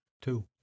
Two